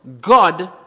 God